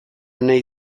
nahi